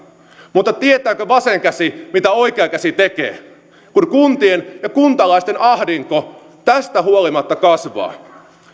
mutta tietääkö vasen käsi mitä oikea käsi tekee kun kuntien ja kuntalaisten ahdinko tästä huolimatta kasvaa